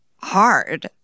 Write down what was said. Hard